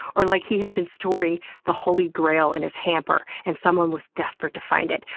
or like he had been storing the holy grail in his hamper, and someone was desperate to find it.